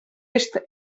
est